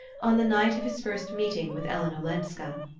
on the night of his first meeting with ellen olenska.